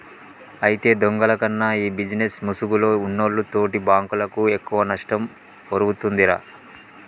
అయితే దొంగల కన్నా ఈ బిజినేస్ ముసుగులో ఉన్నోల్లు తోటి బాంకులకు ఎక్కువ నష్టం ఒరుగుతుందిరా